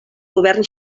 govern